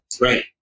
Right